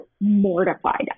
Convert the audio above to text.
mortified